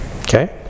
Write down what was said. okay